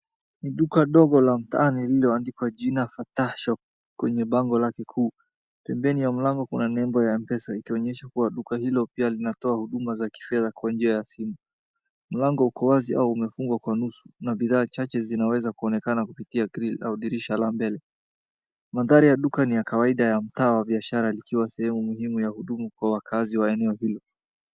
Ni duka dogo la mtaani ililoandikwa jina kata shop kwenye bango lake kuu. Pembeni ya mlango kuna nembo ya M-Pesa ikionyesha kuwa duka hilo pia linatoa huduma za kifedha kwa njia ya simu. Mlango uko wazi au umefungwa kwa nusu na bidhaa chache zinaweza kuonekana kupitia gril au dirisha la mbele. Manthari ya duka ni ya kawaida ya mtaa wa biashara likiwa sehemu muhimu ya huduma kwa wakaazi wa eneo hilo.